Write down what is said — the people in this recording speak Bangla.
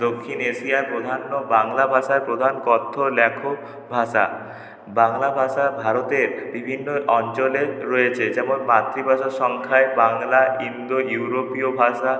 দক্ষিণ এশিয়ার প্রধাণ বাংলা ভাষার প্রধাণ কথ্য লেখ ভাষা বাংলা ভাষা ভারতের বিভিন্ন অঞ্চলে রয়েছে যেমন মাতৃভাষা সংখ্যায় বাংলা ইন্দো ইউরোপীয় ভাষা